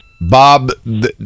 Bob